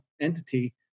entity